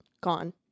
gone